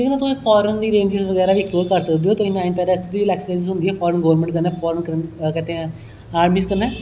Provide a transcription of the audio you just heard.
तुस फार्न दी रेंजस बगैरा बी एक्सपलोयर कर सकदे ओ नाइन पैरा दी टाईअप होंदी फार्न गवर्नमेंट कन्नै फार्न आर्मिज कन्नै